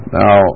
now